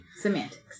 Semantics